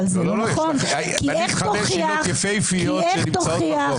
--- חמש עילות יפהפיות שנמצאות בחוק